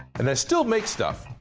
and i still make stuff.